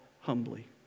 humbly